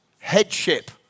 Headship